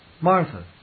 Martha